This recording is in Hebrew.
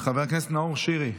חבר הכנסת נאור שירי,